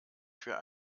für